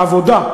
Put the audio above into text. העבודה,